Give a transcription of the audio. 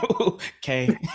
Okay